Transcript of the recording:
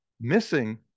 missing